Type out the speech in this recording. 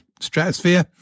stratosphere